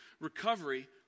Recovery